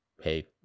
hey